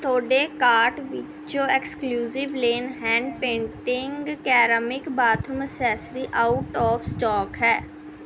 ਤੁਹਾਡੇ ਕਾਰਟ ਵਿੱਚੋਂ exclusive lane hand painting ceramic bathroom accessory out of stock ਹੈ